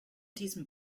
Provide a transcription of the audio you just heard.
diesem